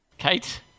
Kate